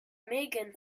megan